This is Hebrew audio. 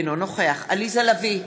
אינו נוכח עליזה לביא,